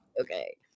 Okay